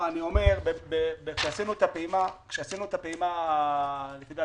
כשעשינו את הפעימה השנייה